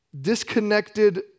disconnected